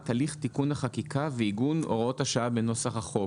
הליך תיקון החקיקה ועיגון הוראות השעה בנוסח החוק.